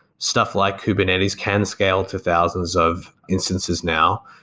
stuff like kubernetes can scale to thousands of instances now.